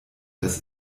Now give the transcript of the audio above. das